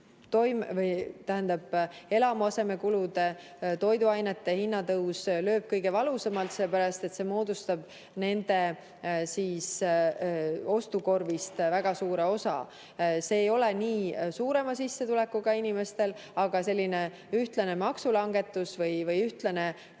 eluasemekulude ja toiduainete hinna tõus lööb kõige valusamalt, sest see moodustab nende ostukorvist väga suure osa. See ei ole nii suurema sissetulekuga inimestel. Ühtlane maksulangetus või ühtlane toetus